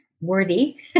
Worthy